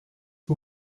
que